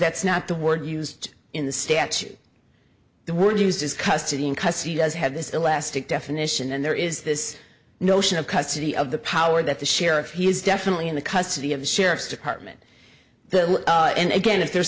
that's not the word used in the statute the word used is custody and custody does have this elastic definition and there is this notion of custody of the power that the sheriff he is definitely in the custody of the sheriff's department the and again if there